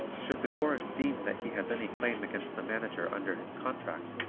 should the chorus deem that he has any claim against the manager under his contract,